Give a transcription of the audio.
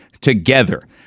together